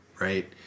right